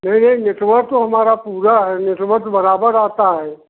नहीं नहीं नेटवर तो हमारा पूरा है नेटवर तो बराबर आता है